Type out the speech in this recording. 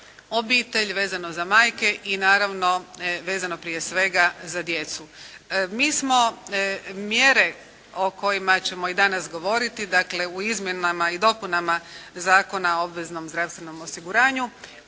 obitelj, vezano za majke i naravno vezano prije svega za djecu. Mi smo mjere o kojima ćemo i danas govoriti, dakle u izmjenama i dopunama Zakona o obveznom zdravstvenom osiguranju